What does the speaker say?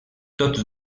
tots